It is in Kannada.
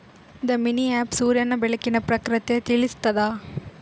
ದಾಮಿನಿ ಆ್ಯಪ್ ಸೂರ್ಯನ ಬೆಳಕಿನ ಪ್ರಖರತೆ ತಿಳಿಸ್ತಾದ